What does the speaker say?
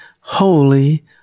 holy